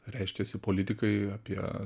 reiškiasi politikai apie